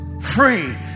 free